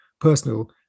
personal